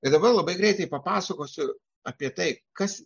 ir dabar labai greitai papasakosiu apie tai kas